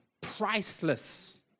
priceless